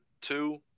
two